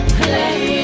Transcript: play